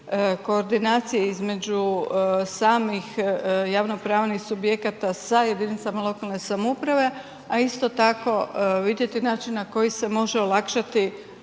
koordinacije između samih javnopravnih subjekta sa jedinicama lokalne samouprave, a isto tako vidjeti način na koji se može olakšati